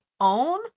own